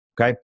Okay